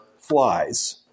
flies